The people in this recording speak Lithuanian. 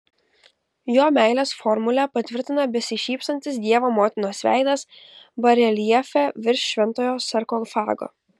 jo meilės formulę patvirtina besišypsantis dievo motinos veidas bareljefe virš šventojo sarkofago